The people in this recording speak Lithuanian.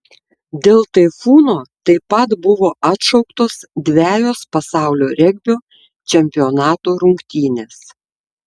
dėl taifūno taip pat buvo atšauktos dvejos pasaulio regbio čempionato rungtynės